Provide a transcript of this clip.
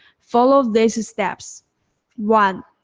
follow these ah steps one.